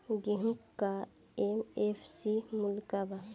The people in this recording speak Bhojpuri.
गेहू का एम.एफ.सी मूल्य का बा?